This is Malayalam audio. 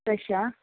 ഫ്രഷാണോ